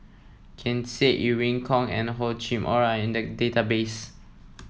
Ken Seet Irene Khong and Hor Chim Or are in the database